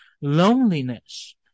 loneliness